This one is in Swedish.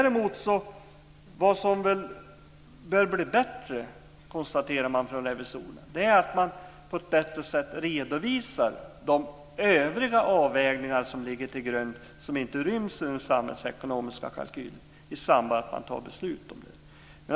Riksdagens revisorer konstaterar däremot att det som bör bli bättre är att man på ett bättre sätt redovisar de övriga avvägningar som ligger till grund och som inte ryms inom samhällsekonomiska kalkyler i samband med att man fattar beslut.